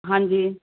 ਹਾਂਜੀ